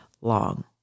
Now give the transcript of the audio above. long